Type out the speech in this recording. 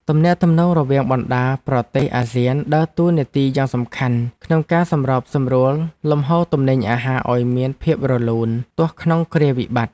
ទំនាក់ទំនងរវាងបណ្តាប្រទេសអាស៊ានដើរតួនាទីយ៉ាងសំខាន់ក្នុងការសម្របសម្រួលលំហូរទំនិញអាហារឱ្យមានភាពរលូនទោះក្នុងគ្រាវិបត្តិ។